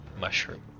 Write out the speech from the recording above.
mushroom